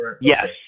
Yes